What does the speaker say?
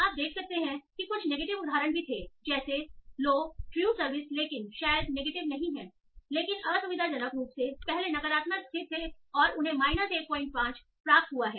आप देख सकते हैं कि कुछ नेगेटिव उदाहरण भी थे जैसे लो ट्रू सर्विस लेकिन शायद नेगेटिव नहीं लेकिन असुविधाजनक रूप से पहले नकारात्मक स्थित थे और उन्हें माइनस 15 प्राप्त हुआ है